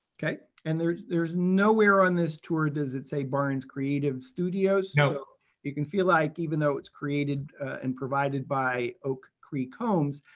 okay, and there's there's nowhere on this tour does it say barnes creative studios, so you can feel like even though it's created and provided by oak creek homes,